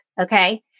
Okay